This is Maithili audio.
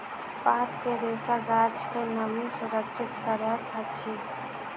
पात के रेशा गाछ के नमी सुरक्षित करैत अछि